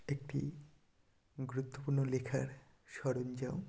একটি গুরুত্বপূর্ণ লেখার সরঞ্জাম